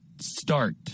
Start